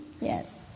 Yes